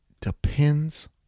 depends